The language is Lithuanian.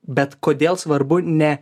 bet kodėl svarbu ne